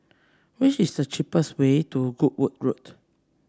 what is the cheapest way to Goodwood Road